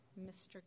Mr